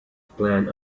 plan